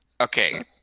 Okay